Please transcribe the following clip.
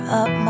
up